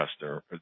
customer